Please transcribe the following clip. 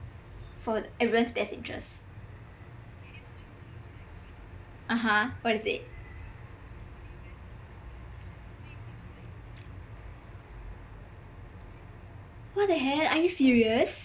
for everyone's best interest (uh huh) what you say what the hell are you serious